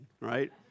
right